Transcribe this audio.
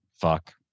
Fuck